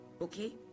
Okay